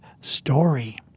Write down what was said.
story